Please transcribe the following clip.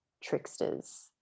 tricksters